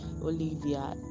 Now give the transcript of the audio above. Olivia